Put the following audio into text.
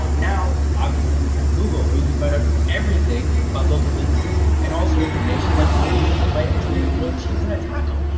now, obviously, we have google, where you can find out ah everything about local businesses and, also, information like who would win in a fight between a grilled cheese and a taco,